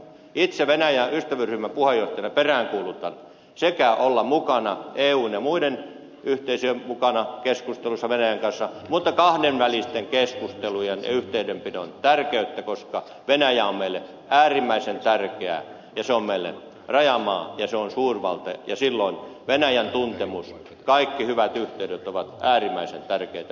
itse venäjä ystävyysryhmän puheenjohtajana peräänkuulutan sekä mukanaoloa eun ja muiden yhteisöjen keskusteluissa venäjän kanssa mutta myös kahdenvälisten keskustelujen ja yhteydenpidon tärkeyttä koska venäjä on meille äärimmäisen tärkeä ja se on meille rajamaa ja se on suurvalta ja silloin venäjän tuntemus kaikki hyvät yhteydet ovat äärimmäisen tärkeitä myöskin tulevaisuudessa